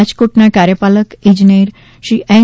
રાજકોટના કાર્યપાલક ઈજનેરશ્રી એન